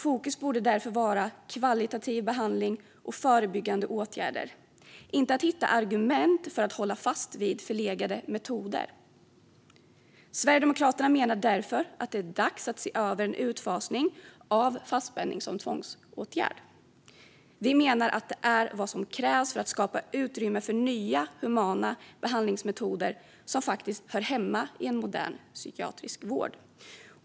Fokus borde därför vara på behandling av hög kvalitet och förebyggande åtgärder, inte att hitta argument för att hålla fast vid förlegade metoder. Sverigedemokraterna menar därför att det är dags att se över en utfasning av fastspänning som tvångsåtgärd. Vi menar att det är vad som krävs för att skapa utrymme för nya humana behandlingsmetoder som faktiskt hör hemma i en modern psykiatrisk vård.